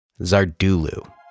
Zardulu